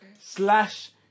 slash